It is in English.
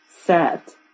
set